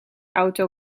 auto